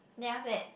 then after that